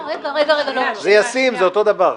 זה ישים, זה אותו דבר.